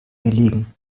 gelegen